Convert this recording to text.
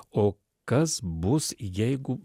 o kas bus jeigu